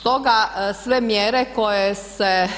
Stoga sve mjere koje se